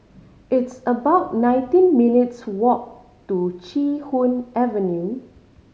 it's about nineteen minutes' walk to Chee Hoon Avenue